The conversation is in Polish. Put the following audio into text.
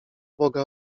boga